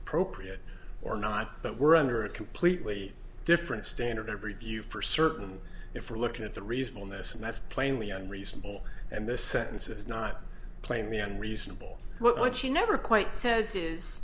appropriate or not but we're under a completely different standard of review for certain if we're looking at the reasonableness and that's plainly unreasonable and this sentence is not playing the unreasonable what she never quite says